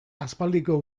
aspaldiko